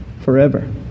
forever